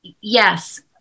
Yes